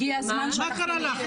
הגיע הזמן --- מה קרה לך?